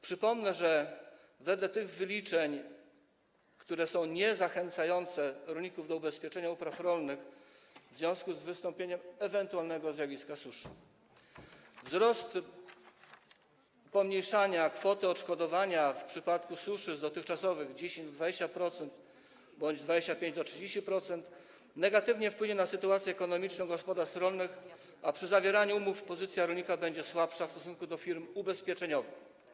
Przypomnę, że wedle tych wyliczeń, które nie zachęcają rolników do ubezpieczenia upraw rolnych w związku z wystąpieniem ewentualnego zjawiska suszy, wzrost pomniejszania kwoty odszkodowania w przypadku suszy z dotychczasowych 10% do 20% bądź 25%, a nawet 30% negatywnie wpłynie na sytuację ekonomiczną gospodarstw rolnych, a przy zawieraniu umów pozycja rolnika będzie słabsza w stosunku do firm ubezpieczeniowych.